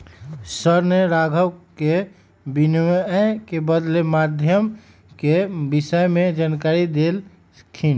sir ने राघवन के विनिमय के बदलते माध्यम के विषय में जानकारी देल खिन